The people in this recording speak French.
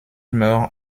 meurt